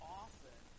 often